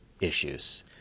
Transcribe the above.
issues